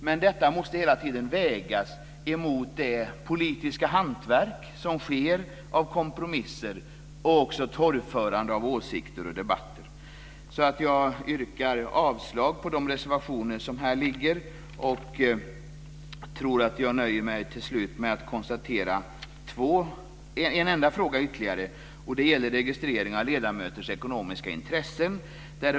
Men detta måste hela tiden vägas mot det politiska hantverk som sker av kompromisser och även torgförande av åsikter och debatter. Jag yrkar avslag på de reservationer som föreligger. Jag tror att jag nöjer mig med att till slut ta upp en enda ytterligare fråga. Det gäller registrering av ledamöters ekonomiska intressen.